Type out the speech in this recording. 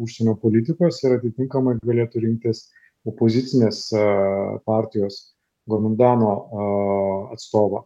užsienio politikos ir atitinkamai galėtų rinktis opozicinės partijos gomindano atstovą